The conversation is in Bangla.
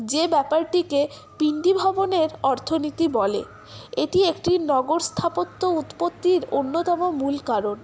যে ব্যাপারটিকে পিন্ডি ভবনের অর্থনীতি বলে এটি একটি নগর স্থাপত্য উৎপত্তির অন্যতম মূল কারণ